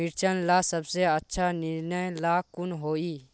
मिर्चन ला सबसे अच्छा निर्णय ला कुन होई?